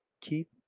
Keep